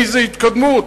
איזה התקדמות.